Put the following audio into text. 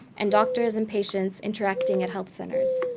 and doctors and patients interacting at health centers.